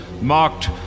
marked